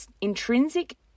intrinsic